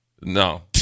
No